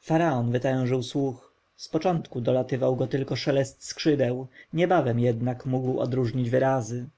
faraon wytężył słuch z początku dolatywał go tylko szelest skrzydeł niebawem jednak mógł odróżniać wyrazy